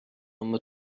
اما